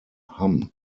hamm